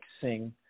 sing